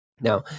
Now